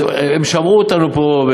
הם שמעו אותנו פה,